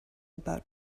about